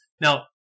Now